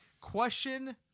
Question